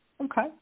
okay